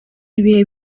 ibihe